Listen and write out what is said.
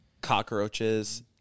Cockroaches